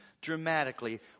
dramatically